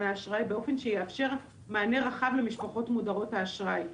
האשראי באופן שיאפשר מענה רחב למשפחות מודרות האשראי.